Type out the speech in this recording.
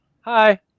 Hi